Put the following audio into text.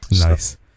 nice